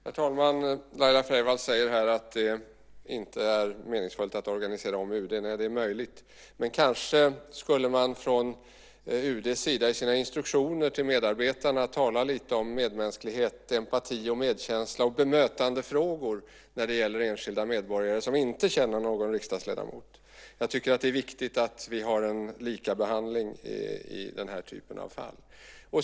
Herr talman! Laila Freivalds säger att det inte är meningsfullt att organisera om UD. Det är möjligt, men kanske skulle man från UD:s sida i sina instruktioner till medarbetarna tala lite om medmänsklighet, empati, medkänsla och om bemötandefrågor när det gäller enskilda medborgare som inte känner någon riksdagsledamot. Jag tycker att det är viktigt att vi har en likabehandling i den här typen av fall.